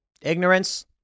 ignorance